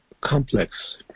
complex